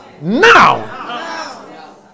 now